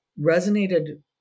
resonated